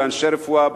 באנשי רפואה,